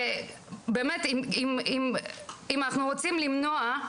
אם אנחנו רוצים למנוע,